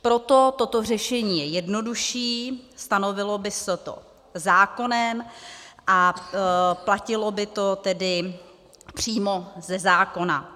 Proto toto řešení je jednodušší, stanovilo by se to zákonem, a platilo by to tedy přímo ze zákona.